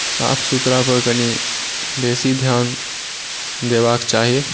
साफ़ सुथरा पर कनी बेसी ध्यान देबाक चाही